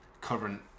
current